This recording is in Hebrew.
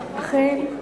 אכן,